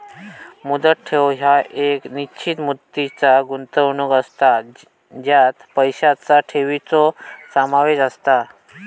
मुदत ठेव ह्या एक निश्चित मुदतीचा गुंतवणूक असता ज्यात पैशांचा ठेवीचो समावेश असता